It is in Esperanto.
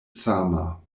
sama